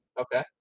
Okay